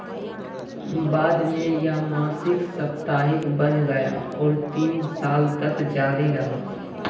बाद में यह मासिक साप्ताहिक बन गया और तीन साल तक जारी रहा